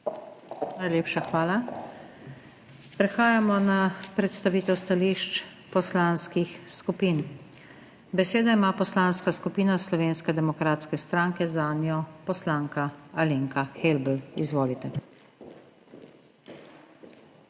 Najlepša hvala. Prehajamo na predstavitev stališč poslanskih skupin. Besedo ima Poslanska skupina Slovenske demokratske stranke, zanjo poslanka Alenka Helbl. Izvolite.